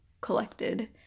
collected